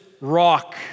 rock